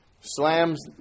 slams